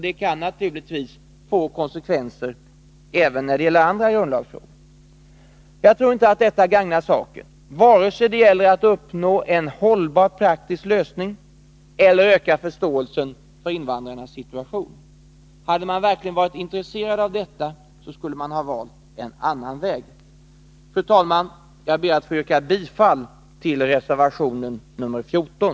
Det kan naturligtvis få konsekvenser även när det gäller andra grundlagsfrågor. Jag tror inte att detta gagnar saken, vare sig det gäller att uppnå en hållbar praktisk lösning eller det gäller att öka förståelsen för invandrarnas situation. Hade man verkligen varit intresserad av detta, skulle man ha valt en annan väg. Fru talman! Jag ber att få yrka bifall till reservationen nr 14.